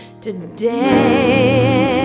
today